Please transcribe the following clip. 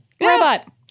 Robot